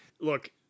Look